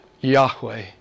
Yahweh